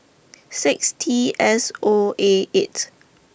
six T S O A eight